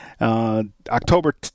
October